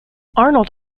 arnold